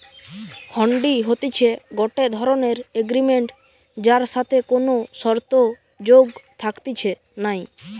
হুন্ডি হতিছে গটে ধরণের এগ্রিমেন্ট যার সাথে কোনো শর্ত যোগ থাকতিছে নাই